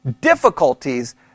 difficulties